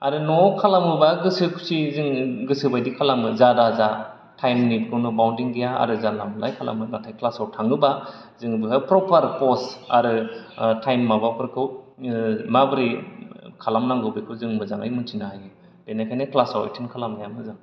आरो न'आव खालामोबा गोसो खुसियै जोङो गोसो बायदि खालामगोन जा दाजा टाइम नि कुनु बाउन्डिं गैया आरो जानला मोनलायै खालामो नाथाय क्लासाव थाङोबा जोङो बेहाय प्रपार पस आरो टाइम माबाफोरखौ माब्रै खालामनांगौ बेखौ जों मोजाङै मोन्थिनो हायो बेनिखायनो क्लासाव एटेन खालामनाया मोजां